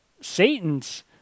Satan's